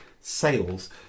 sales